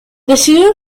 decidió